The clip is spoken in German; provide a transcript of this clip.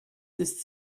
ist